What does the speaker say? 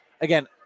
again